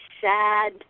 sad